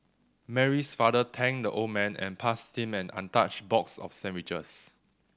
Mary's father thanked the old man and passed him an untouched box of sandwiches